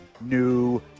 new